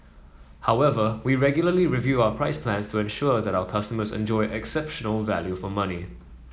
however we regularly review our price plans to ensure that our customers enjoy exceptional value for money